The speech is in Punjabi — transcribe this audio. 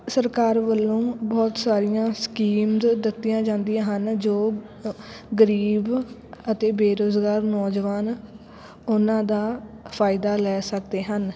ਸਰਕਾਰ ਵੱਲੋਂ ਬਹੁਤ ਸਾਰੀਆਂ ਸਕੀਮਜ਼ ਦਿੱਤੀਆਂ ਜਾਂਦੀਆਂ ਹਨ ਜੋ ਗਰੀਬ ਅਤੇ ਬੇਰੁਜ਼ਗਾਰ ਨੌਜਵਾਨ ਉਹਨਾਂ ਦਾ ਫਾਇਦਾ ਲੈ ਸਕਦੇ ਹਨ